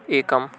एकम्